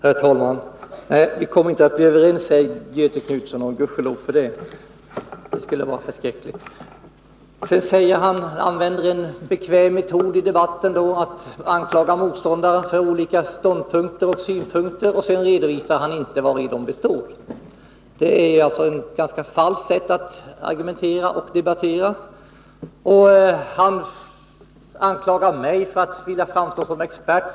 Herr talman! Vi kommer inte att bli överens, säger Göthe Knutson — och gudskelov för det. Det skulle vara förskräckligt. Göthe Knutson använder en bekväm metod i debatten och anklagar motståndarna för att inta olika ståndpunkter, och sedan redovisar han inte vad dessa ståndpunkter innebär. Det är ett ganska falskt sätt att argumentera och debattera. Göthe Knutson anklagar mig för att vilja framstå som expert.